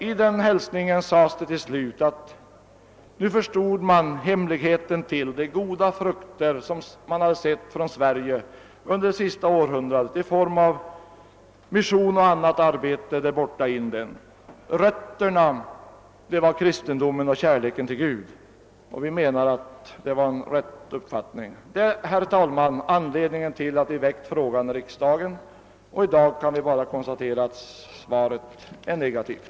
I denna hälsning sades det till sist att man nu förstod hemligheten bakom de goda frukter man sett från Sverige under det senaste århundradet i form av mission och annat arbete där borta i Indien; rötterna var kristendomen och kärleken till Gud. Vi menar att det var en riktig uppfattning. Detta är, herr talman, anledningen till att vi väckt frågan i riksdagen. I dag kan vi bara konstatera att svaret blivit negativt.